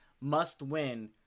must-win